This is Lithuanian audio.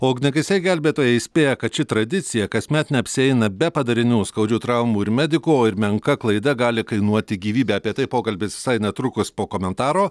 o ugniagesiai gelbėtojai įspėja kad ši tradicija kasmet neapsieina be padarinių skaudžių traumų ir medikų ir menka klaida gali kainuoti gyvybę apie tai pokalbis visai netrukus po komentaro